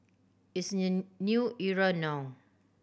it's a new era now